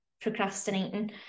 procrastinating